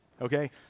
okay